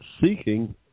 seeking